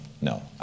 no